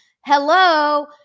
Hello